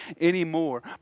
anymore